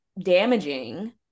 damaging